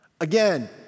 Again